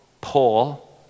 Paul